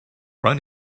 run